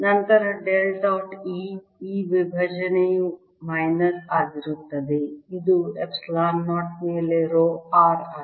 ನಂತರ del dot E E ವಿಭಜನೆಯು minus ಆಗಿರುತ್ತದೆ ಇದು ಎಪ್ಸಿಲಾನ್ 0 ಮೇಲೆ ರೋ r ಆಗಿದೆ